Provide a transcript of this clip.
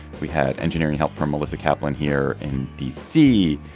we had engineering help from melissa kaplan here in d c.